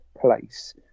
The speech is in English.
place